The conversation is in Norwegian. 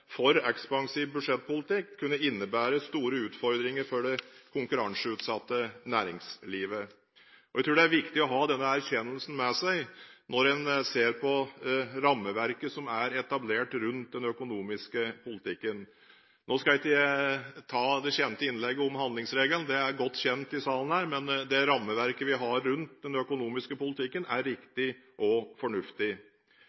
for ekspansiv budsjettpolitikk kunne innebære store utfordringer for det konkurranseutsatte næringslivet. Jeg tror det er viktig å ha denne erkjennelsen med seg når en ser på rammeverket som er etablert rundt den økonomiske politikken. Nå skal ikke jeg ta det kjente innlegget om handlingsregelen – det er godt kjent i salen her. Men det rammeverket vi har rundt den økonomiske politikken, er